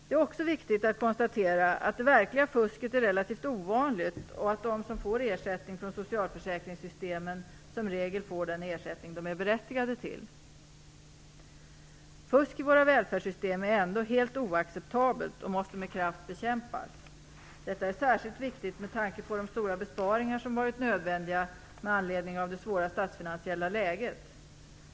Det är också viktigt att konstatera att det verkliga fusket är relativt ovanligt och att de som får ersättning från socialförsäkringssystemen som regel får den ersättning som de är berättigade till. Fusk i våra välfärdssystem är ändå helt oacceptabelt och måste med kraft bekämpas. Detta är särskilt viktigt med tanke på de stora besparingar som varit nödvändiga med anledning av det svåra statsfinansiella läget.